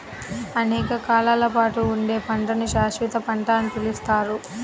అనేక కాలాల పాటు ఉండే పంటను శాశ్వత పంట అని పిలుస్తారు